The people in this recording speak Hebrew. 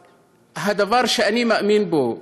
לדבר שאני מאמין בו,